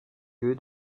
lieu